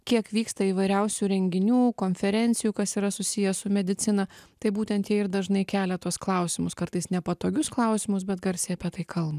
kiek vyksta įvairiausių renginių konferencijų kas yra susiję su medicina tai būtent jie ir dažnai kelia tuos klausimus kartais nepatogius klausimus bet garsiai apie tai kalba